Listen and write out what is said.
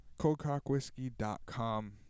coldcockwhiskey.com